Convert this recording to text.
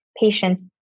patients